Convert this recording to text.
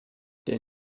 der